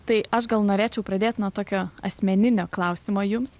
tai aš gal norėčiau pradėt nuo tokio asmeninio klausimo jums